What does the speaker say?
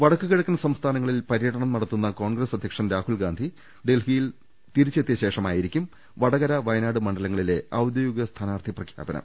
വട ക്കു കിഴക്കൻ സംസ്ഥാനങ്ങളിൽ പര്യടനം നടത്തുന്ന കോൺഗ്രസ് അധ്യക്ഷൻ രാഹുൽഗാന്ധി ഡൽഹിയിൽ തിരിച്ചെത്തിയ ശേഷമാ യിരിക്കും വടകര വയനാട് മണ്ഡലങ്ങളിലെ ഔദ്യോഗിക സ്ഥാനാർഥി പ്രഖ്യാപനം